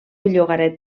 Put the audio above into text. llogaret